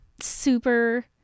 super